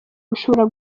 bishobora